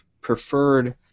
preferred